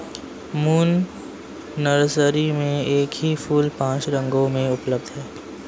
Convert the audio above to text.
moon nursery में एक ही फूल पांच रंगों में उपलब्ध है